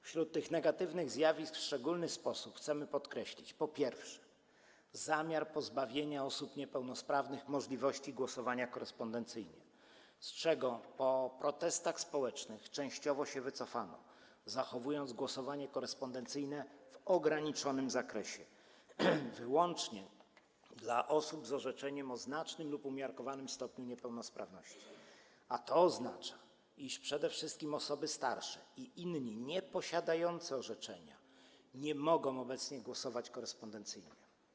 Wśród tych negatywnych zjawisk w szczególny sposób chcemy podkreślić, po pierwsze, zamiar pozbawienia osób niepełnosprawnych możliwości głosowania korespondencyjnie, z czego po protestach społecznych częściowo się wycofano, zachowując głosowanie korespondencyjne w ograniczonym zakresie, wyłącznie dla osób z orzeczeniem o znacznym lub umiarkowanym stopniu niepełnosprawności, a to oznacza, iż przede wszystkim osoby starsze i inne, nieposiadające orzeczenia nie mogą obecnie głosować korespondencyjnie.